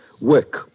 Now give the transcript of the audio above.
Work